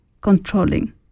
controlling